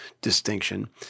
distinction